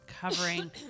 covering